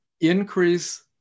Increase